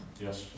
Yes